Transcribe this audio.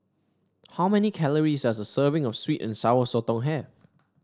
how many calories does a serving of sweet and Sour Sotong have